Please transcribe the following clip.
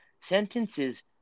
sentences